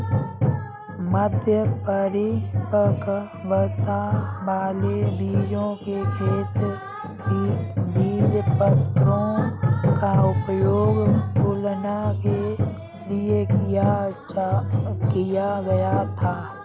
मध्य परिपक्वता वाले बीजों के खेत बीजपत्रों का उपयोग तुलना के लिए किया गया था